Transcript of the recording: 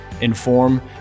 inform